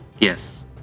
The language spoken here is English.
Yes